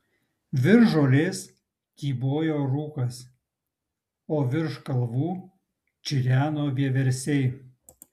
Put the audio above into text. virš žolės kybojo rūkas o virš kalvų čireno vieversiai